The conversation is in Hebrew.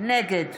נגד